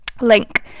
link